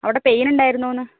അവിടെ പെയ്ന് ഉണ്ടായിരുന്നോ എന്ന്